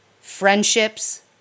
friendships